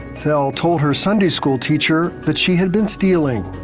val told her sunday school teacher that she had been stealing.